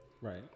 right